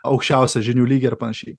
aukščiausią žinių lygį ar panašiai